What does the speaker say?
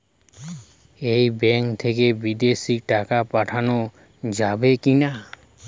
এই ব্যাঙ্ক থেকে বিদেশে টাকা পাঠানো যাবে কিনা?